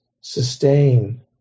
sustain